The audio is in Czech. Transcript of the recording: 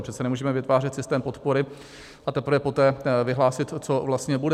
Přece nemůžeme vytvářet systém podpory, a teprve poté vyhlásit, co vlastně bude.